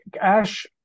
Ash